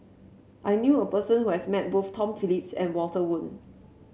I knew a person who has met both Tom Phillips and Walter Woon